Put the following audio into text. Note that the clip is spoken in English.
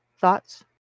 Thoughts